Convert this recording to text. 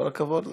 כל הכבוד לך.